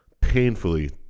painfully